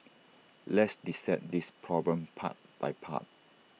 let's dissect this problem part by part